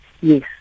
yes